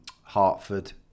Hartford